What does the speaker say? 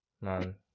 Man